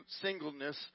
singleness